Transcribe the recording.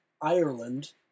Ireland